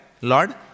Lord